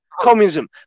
communism